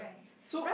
so